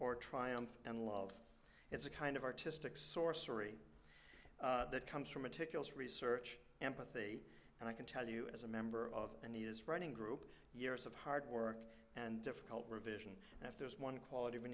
triumph and love it's a kind of artistic sorcery that comes from meticulous research empathy and i can tell you as a member of a news running group years of hard work and difficult revision and if there's one quality we